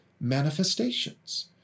manifestations